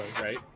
right